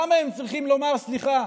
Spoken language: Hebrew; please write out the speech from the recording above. למה הם צריכים לומר סליחה?